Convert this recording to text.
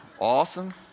awesome